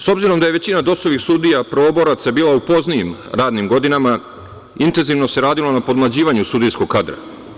S obzirom da je većina dosovih sudija prvoboraca bila u poznijim radnim godinama, intenzivno se radilo na podmlađivanju sudijskog kadra.